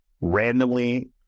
randomly